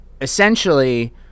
essentially